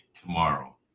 tomorrow